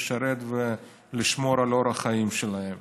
לשרת ולשמור על אורח החיים שלהם.